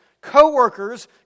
co-workers